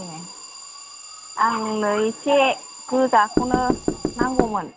ए आंनो एसे गोजाखौनो नांगौमोन